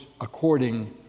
according